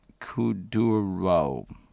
Kuduro